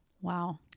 Wow